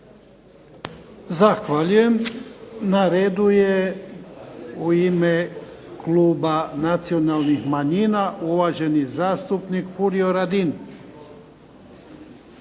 Zahvaljujem. Na redu je u ime kluba nacionalnih manjina, uvaženi zastupnik Furio Radin.